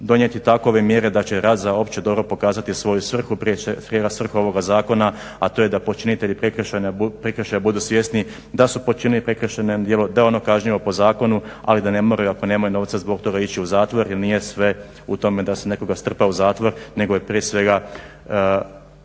donijeti takve mjere da će rad za opće dobro pokazati svoju svrhu. Prije … ovoga zakona, a to je da počinitelji prekršaja budu svjesni da su počinili prekršajno djelo da je ono kažnjivo po zakonu ali da ne moraju ako nemaju novca zbog toga ići u zatvor jer nije sve u tome da se nekoga strpa u zatvor nego je prije svega